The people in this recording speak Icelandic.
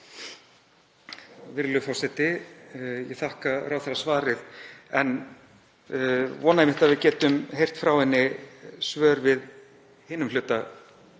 Virðulegi forseti. Ég þakka ráðherra svarið en vona einmitt að við getum heyrt frá henni svör við hinum hluta